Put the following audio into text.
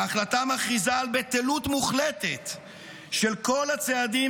ההחלטה מכריזה על בטלות מוחלטת של כל הצעדים